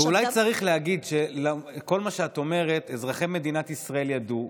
ואולי צריך להגיד שאת כל מה שאת אומרת אזרחי מדינת ישראל ידעו,